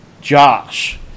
Josh